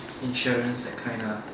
insurance that kind ah